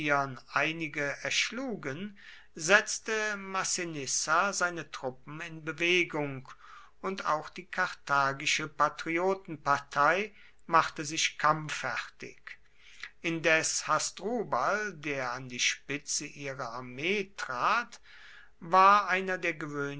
einige erschlugen setzte massinissa seine truppen in bewegung und auch die karthagische patriotenpartei machte sich kampffertig indes hasdrubal der an die spitze ihrer armee trat war einer der